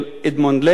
את הדבר הזה: